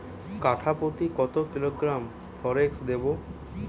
কাঠাপ্রতি কত কিলোগ্রাম ফরেক্স দেবো?